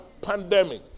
pandemic